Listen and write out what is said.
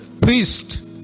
priest